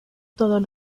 todos